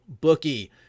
Bookie